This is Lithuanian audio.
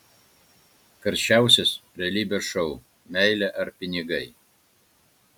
karščiausias realybės šou meilė ar pinigai